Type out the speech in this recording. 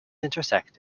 intersect